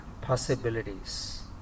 possibilities